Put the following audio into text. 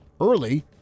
early